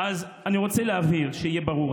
אז אני רוצה להבהיר, שיהיה ברור.